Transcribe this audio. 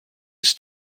ist